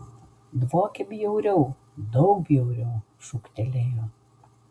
dvokia bjauriau daug bjauriau šūktelėjo